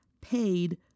paid